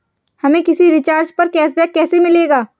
हमें किसी रिचार्ज पर कैशबैक कैसे मिलेगा?